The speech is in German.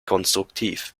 konstruktiv